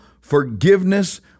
forgiveness